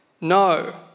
No